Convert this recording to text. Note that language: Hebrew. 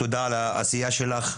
תודה על העשייה שלך.